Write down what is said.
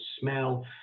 smell